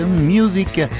Music